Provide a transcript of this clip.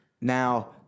Now